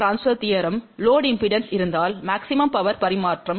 Power transfer theorem load impedance இருந்தால் maximum power பரிமாற்றம் max